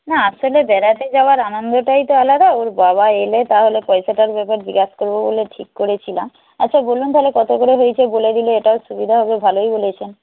না আসলে বেড়াতে যাওয়ার আনন্দটাই তো আলাদা ওর বাবা এলে তাহলে পয়সাটার ব্যাপার জিজ্ঞেস করব বলে ঠিক করেছিলাম আচ্ছা বলুন তাহলে কতো করে হয়েছে বলে দিলে এটাও সুবিধা হবে ভালোই বলেছেন